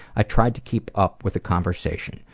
i tried to keep up with the conversation,